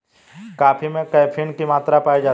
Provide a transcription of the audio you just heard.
coffee में caffeine की मात्रा पाई जाती है